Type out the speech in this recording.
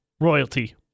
royalty